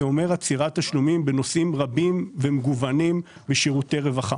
זה אומר עצירת תשלומים בנושאים רבים ומגוונים בשירותי רווחה.